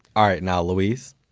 alright now, luis?